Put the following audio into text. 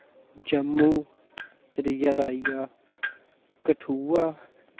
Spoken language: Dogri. जम्मू त्रीए दा आई गेआ कठुआ